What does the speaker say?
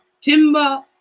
timber